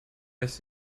lässt